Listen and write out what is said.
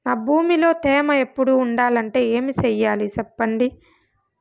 నా భూమిలో తేమ ఎప్పుడు ఉండాలంటే ఏమి సెయ్యాలి చెప్పండి?